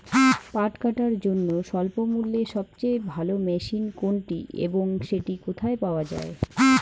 পাট কাটার জন্য স্বল্পমূল্যে সবচেয়ে ভালো মেশিন কোনটি এবং সেটি কোথায় পাওয়া য়ায়?